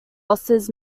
losses